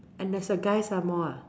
and that's a guy some more ah